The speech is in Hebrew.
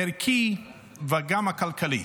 ערכי וגם כלכלי.